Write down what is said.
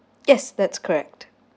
yes that's correct